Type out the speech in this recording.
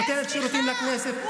שנותנת שירותים לכנסת,